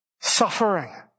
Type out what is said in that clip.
suffering